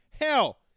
Hell